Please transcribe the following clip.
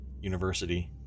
university